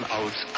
aus